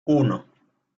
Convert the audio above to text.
uno